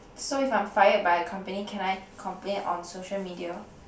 so if I'm fired by a company can I complain on social media